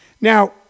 Now